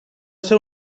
ser